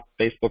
Facebook